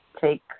take